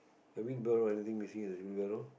the wheelbarrow anything missing in the wheelbarrow